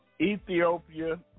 ethiopia